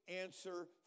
answer